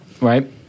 Right